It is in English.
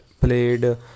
played